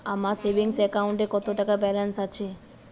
আমার সেভিংস অ্যাকাউন্টে কত টাকা ব্যালেন্স আছে?